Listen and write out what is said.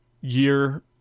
year